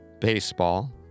baseball